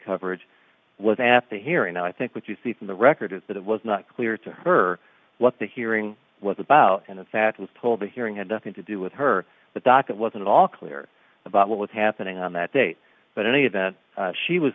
coverage was after the hearing i think what you see from the record is that it was not clear to her what the hearing was about and in fact was pulled the hearing and the thing to do with her the docket wasn't all clear about what was happening on that date but in any event she was